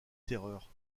terreur